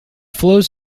flows